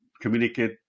communicate